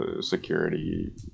security